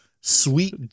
sweet